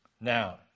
Now